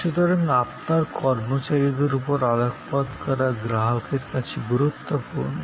সুতরাং আপনার কর্মচারীদের উপর আলোকপাত করা গ্রাহকের কাছে গুরুত্বপূর্ণ